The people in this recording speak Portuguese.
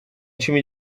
time